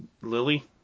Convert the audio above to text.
Lily